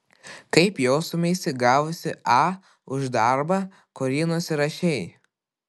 kaip jaustumeisi gavusi a už darbą kurį nusirašei